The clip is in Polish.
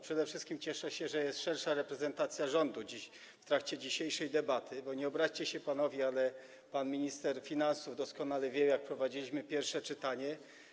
Przede wszystkim cieszę się, że jest szersza reprezentacja rządu w trakcie dzisiejszej debaty, bo - nie obraźcie się panowie - ale pan minister finansów doskonale wie, jak prowadziliśmy pierwsze czytanie.